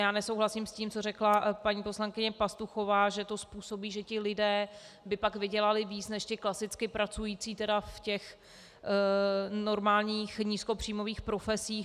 Já nesouhlasím s tím, co řekla paní poslankyně Pastuchová, že to způsobí, že ti lidé by pak vydělali víc než ti klasicky pracující v těch normálních nízkopříjmových profesích.